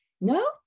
No